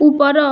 ଉପର